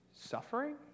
suffering